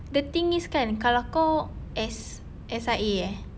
the thing is kan kalau kau S~ S_I_A eh